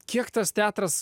kiek tas teatras